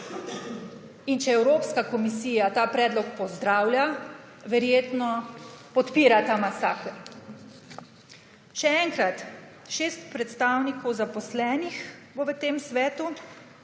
In če Evropska komisija ta predlog pozdravlja, verjetno podpira ta masaker. Še enkrat, šest predstavnikov zaposlenih bo v tem svetu,